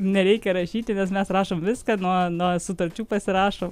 nereikia rašyti nes mes rašom viską nuo nuo sutarčių pasirašom